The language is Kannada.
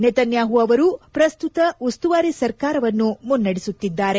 ನೇತ್ನ್ಯಾಪು ಅವರು ಪ್ರಸ್ತುತ ಉಸ್ತುವಾರಿ ಸರ್ಕಾರವನ್ನು ಮುನ್ನಡೆಸುತ್ತಿದ್ದಾರೆ